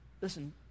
Listen